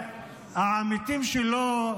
והעמיתים שלו,